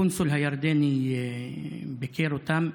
הקונסול הירדני ביקר אותם.